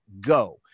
go